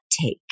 take